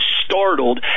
startled